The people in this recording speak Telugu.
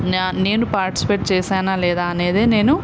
నా నేను పార్టిసిపేట్ చేశానా లేదా అనేదే నేను